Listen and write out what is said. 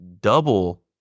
double